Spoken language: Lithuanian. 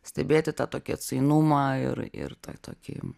stebėti tą tokį atsainumą ir ir tą tokį